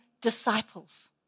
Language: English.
disciples